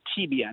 TBN